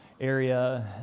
area